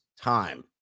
time